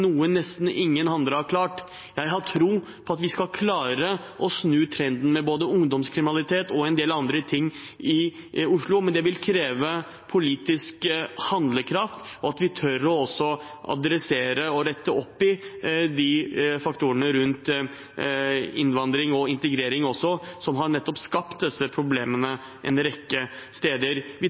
noe som nesten ingen andre har klart. Jeg har tro på at vi skal klare å snu trenden med både ungdomskriminalitet og en del andre ting i Oslo, men det vil kreve politisk handlekraft – og at vi tør å ta opp og rette opp i de faktorene rundt innvandring og integrering som har skapt nettopp disse problemene en rekke steder. Vi